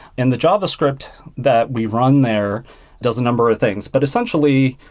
and the javascript that we run there does a number of things. but essentially,